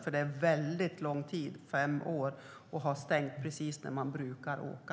Fem år är en väldigt lång tid att ha stängt precis när man brukar åka.